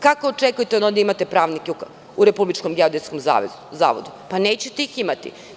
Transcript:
Kako očekujete da imate pravnike u Republičkom geodetskom zavodu, pa nećete ih imati?